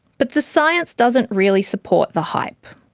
but the science doesn't really support the hype.